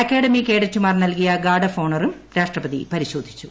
academy കേഡറ്റുമാർ നൽകിയ guard of ഹോണ്ട്റും രാഷ്ട്രപതി പരിശോധിച്ചു